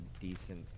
decent